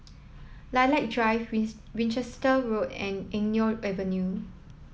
Lilac Drive Winchester Road and Eng Neo Avenue